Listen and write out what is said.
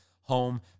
home